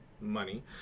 money